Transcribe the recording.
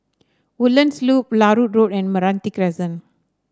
Woodlands Loop Larut Road and Meranti Crescent